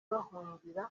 bahungira